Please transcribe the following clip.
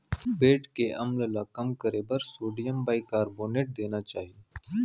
पेट के अम्ल ल कम करे बर सोडियम बाइकारबोनेट देना चाही